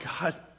God